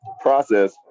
process